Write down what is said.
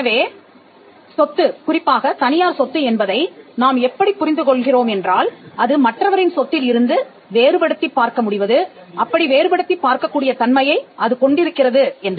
எனவே சொத்து குறிப்பாக தனியார் சொத்து என்பதை நாம் எப்படிப் புரிந்து கொள்கிறோம் என்றால் அது மற்றவரின் சொத்தில் இருந்து வேறுபடுத்தி பார்க்க முடிவது அப்படி வேறுபடுத்தி பார்க்கக்கூடிய தன்மையை அது கொண்டிருக்கிறது என்று